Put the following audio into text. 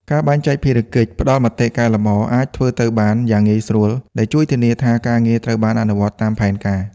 ការបែងចែកភារកិច្ច ផ្តល់មតិកែលម្អអាចធ្វើទៅបានយ៉ាងងាយស្រួល ដែលជួយធានាថាការងារត្រូវបានអនុវត្តតាមផែនការ។